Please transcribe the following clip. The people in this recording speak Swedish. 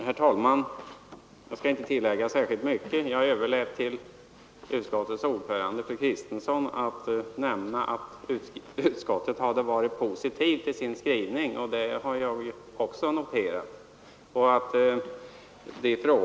Herr talman! Jag skall inte tillägga särskilt mycket. Jag överlät åt utskottets ordförande, fru Kristensson, att nämna att utskottet hade varit positivt i sin skrivning — det har jag också noterat.